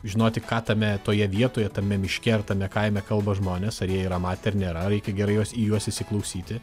žinoti ką tame toje vietoje tame miške ar tame kaime kalba žmonės ar jie yra matę ar nėra reikia gerai juos į juos įsiklausyti